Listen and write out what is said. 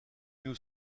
nous